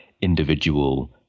individual